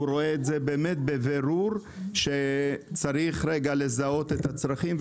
הוא רואה בבירור שצריך לזהות את הצרכים,